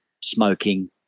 smoking